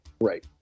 Right